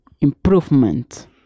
improvement